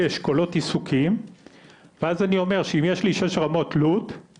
כאשכולות עיסוקים ואז אני אומר שאם יש לי שש רמות תלות,